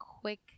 quick